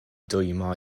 dwymo